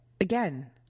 again